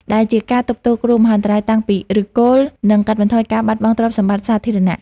ដែលជាការទប់ស្កាត់គ្រោះមហន្តរាយតាំងពីឫសគល់ និងកាត់បន្ថយការបាត់បង់ទ្រព្យសម្បត្តិសាធារណៈ។